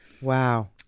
Wow